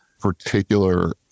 particular